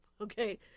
okay